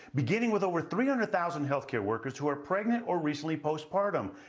beginning with over three hundred thousand health care workers who are pregnant or recently postpartum.